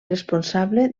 responsable